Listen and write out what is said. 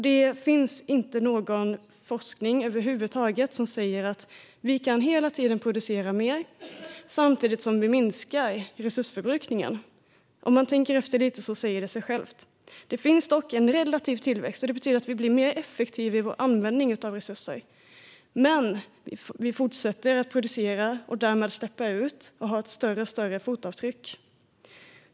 Det finns inte någon forskning över huvud taget som säger att vi hela tiden kan producera mer samtidigt som vi minskar resursförbrukningen - om man tänker efter lite säger det sig självt. Det finns dock en relativ tillväxt. Det betyder att vi blir mer effektiva i vår användning av resurser. Men vi fortsätter att producera och därmed att släppa ut och har ett allt större fotavtryck.